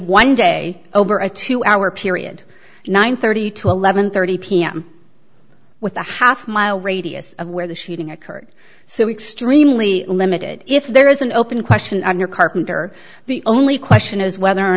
one day over a two hour period nine hundred and thirty to eleven thirty pm with a half mile radius of where the shooting occurred so extremely limited if there is an open question on your carpenter the only question is whether or